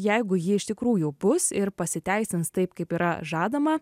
jeigu ji iš tikrųjų bus ir pasiteisins taip kaip yra žadama